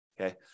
Okay